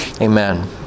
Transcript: Amen